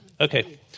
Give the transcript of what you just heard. Okay